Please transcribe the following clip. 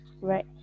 right